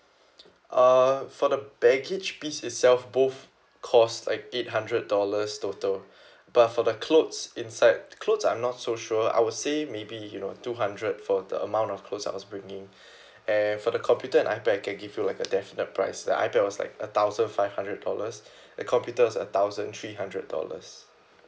uh for the baggage piece itself both cost like eight hundred dollars total but for the clothes inside clothes I'm not so sure I would say maybe you know two hundred for the amount of clothes I was bringing and for the computer and ipad I can give you like a definite price the ipad was like a thousand five hundred dollars the computer was a thousand three hundred dollars